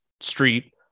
street